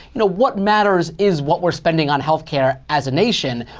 you know what matters is what we're spending on health care as a nation,